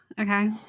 Okay